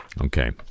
Okay